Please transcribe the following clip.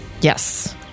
Yes